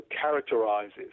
characterizes